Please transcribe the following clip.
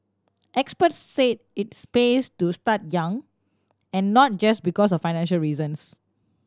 experts said its pays to start young and not just because of financial reasons